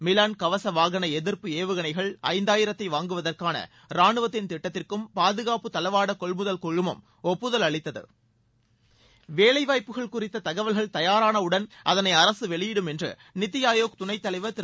Milan கவச வாகன எதிர்ப்பு ஏவுகணைகள் ஐந்தாயிரத்தை வாங்குவதற்கான ராணுவத்தின் திட்டத்திற்கும் பாதுகாப்பு தளவாட கொள்முதல் குழுமம் ஒப்புதல் அளித்தது வேலைவாய்ப்புகள் குறித்த தகவல்கள் தயாரானவுடன் அதனை அரசு வெளியிடும் என்று நித்தி ஆயோக் துணைத் தலைவர் திரு